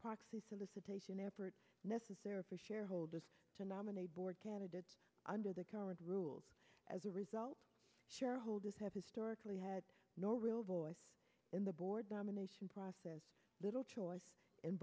proxy solicitation necessary for shareholders to nominate board candidates under the current rules as a result shareholders have historically had no real voice in the board domination process little choice